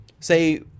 Say